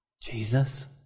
Jesus